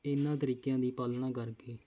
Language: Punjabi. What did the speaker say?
ਇਨ੍ਹਾਂ ਤਰੀਕਿਆਂ ਦੀ ਪਾਲਣਾ ਕਰਕੇ